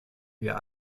wir